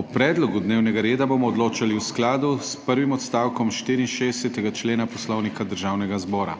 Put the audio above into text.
O predlogu dnevnega reda bomo odločali v skladu s prvim odstavkom 64. člena Poslovnika Državnega zbora.